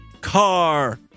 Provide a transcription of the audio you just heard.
Car